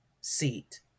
seat